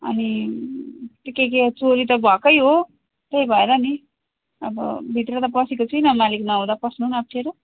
अनि के के चोरी त भएकै हो त्यही भएर नि अब भित्र त पसेको छुइनँ मालिक नहुँदा पस्नु पनि अप्ठ्यारो